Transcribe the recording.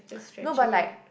nobel like